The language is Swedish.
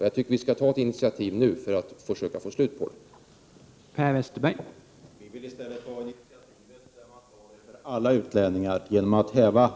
Jag anser att vi skall ta ett initiativ nu för att försöka få bort denna diskriminering.